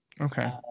Okay